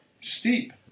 steep